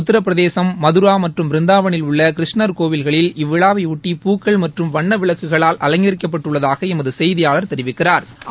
உத்திரபிரதேசம் மத்ரா மற்றும் பிருந்தாவனில் உள்ள கிருஷ்ணர் கோவிலில் இவ்விழாவைபொட்டி பூக்கள் மற்றும் வண்ண விளக்குகளால் அலங்கரிக்கப்பட்டுள்ளதாக எமது செய்தியாளா் தெரிவிக்கிறாா்